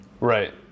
right